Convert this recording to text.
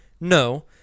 No